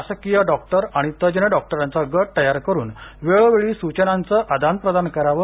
शासकीय डॉक्टर आणि तज्ज्ञ डॉक्टरांचा गट तयार करून वेळोवेळी सूचनांचं अदानप्रदान करावं